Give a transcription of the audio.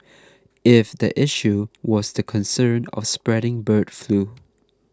if the issue was the concern of spreading bird flu